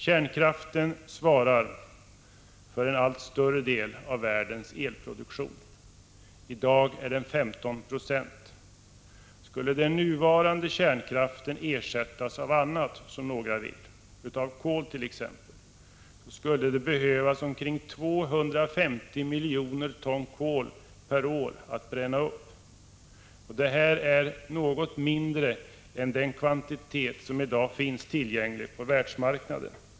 Kärnkraften svarar för en allt större del av världens elproduktion. I dag är den 15 90. Skulle den nuvarande kärnkraften ersättas av annat, som några vill— av kolt.ex. — skulle man behöva omkring 250 miljoner ton kol per år att bränna upp. Det är något mindre än den kvantitet som i dag finns tillgänglig på världsmarknaden.